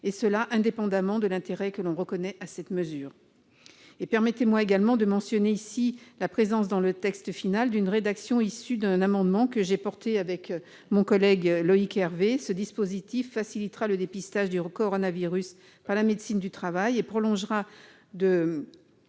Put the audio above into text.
cela indépendamment de l'intérêt que l'on reconnaît à cette mesure. Permettez-moi également de mentionner la présence dans le texte final de la rédaction issue d'un amendement que j'ai défendu avec mon collègue Loïc Hervé. Ce dispositif facilitera le dépistage du coronavirus par la médecine du travail et prolongera deux